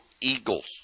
Eagles